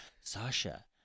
Sasha